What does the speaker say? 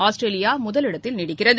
Australia முதலிடத்தில் நீடிக்கிறது